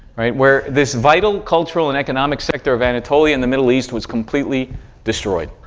right, where this vital cultural and economic sector of anatolia in the middle east was completely destroyed,